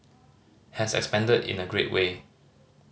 has expanded in a great way